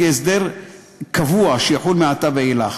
כהסדר קבוע שיחול מעתה ואילך,